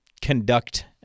conduct